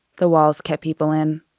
the walls kept people in.